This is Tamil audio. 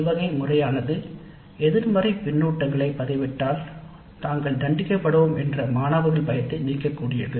இவ்வகை முறையானது எதிர்மறை கருத்துக்களை பதிவிட்டால் தாங்கள் தண்டிக்கப்படுவோம் என்ற மாணவர்கள் பயத்தை நீக்கக்கூடியது